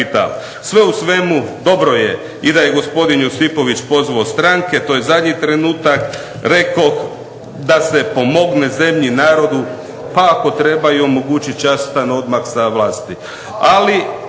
Sve u svemu, dobro je i da je gospodin Josipović pozvao stranke, to je zadnji trenutak rekoh da se pomogne zemlji, narodu pa ako treba i omogući častan odmak sa vlasti.